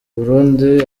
burundi